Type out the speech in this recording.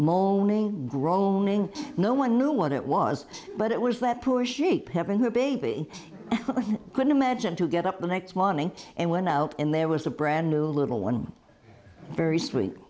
moaning groaning no one knew what it was but it was that poor sheep heaven her baby couldn't imagine to get up the next morning and went out and there was a brand new little one very sweet